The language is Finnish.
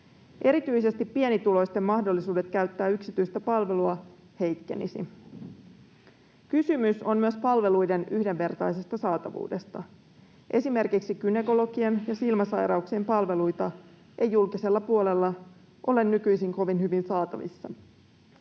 Erityisesti pienituloisten mahdollisuudet käyttää yksityistä palvelua heikkenisivät. Kysymys on myös palveluiden yhdenvertaisesta saatavuudesta. Esimerkiksi gynekologien ja silmäsairauksien palveluita ei julkisella puolella ole nykyisin kovin hyvin saatavissa.